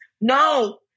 No